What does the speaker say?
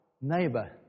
neighbor